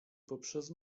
poprzez